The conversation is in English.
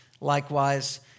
likewise